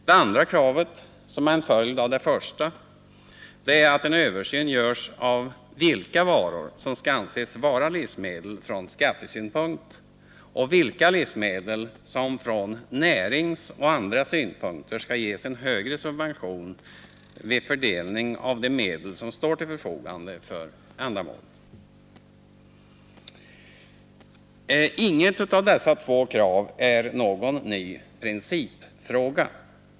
Det andra kravet, som är en följd av det första, är att en översyn görs av vilka varor som skall anses vara livsmedel från skattesynpunkt och vilka livsmedel som från näringssynpunkt och från andra synpunkter skall ges en högre subvention vid fördelning av de medel som står till förfogande för ändamålet. Inget av dessa två krav grundas på någon ny princip.